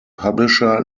publisher